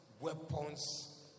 weapons